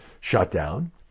shutdown